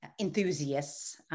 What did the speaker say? enthusiasts